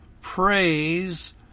praise